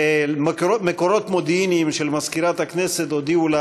ומקורות מודיעיניים של מזכירת הכנסת הודיעו לה